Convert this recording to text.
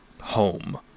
home